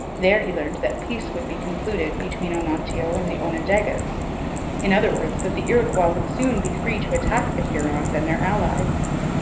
there he learned that peace would be concluded between onontio and the onondagas in other words, that the iroquois would soon be free to attack the hurons and their allies.